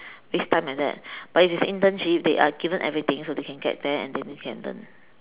waste time like that but if it's internship they are given everything so they can get there and they really can learn